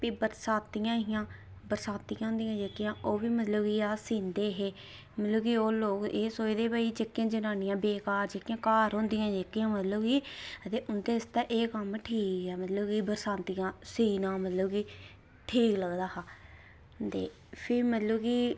ते प्ही बरसातियां हियां बरसातियां होंदियां जेह्कियां ओह्बी अस सींदे हे ते मतलब ओह् लोक एह् सोचदे कि जेह्कियां जनानियां बेकार जेह्कियां घर होंदियां जेह्कियां कि ते उंदे आस्तै एह् कम्म ठीक ऐ ते बरसातियां सीना मतलब कि ठीक लगदा हा फ्ही मतलब कि